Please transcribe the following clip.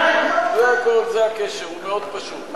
זה הכול, זה הקשר, הוא מאוד פשוט.